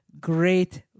great